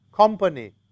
Company